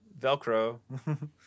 Velcro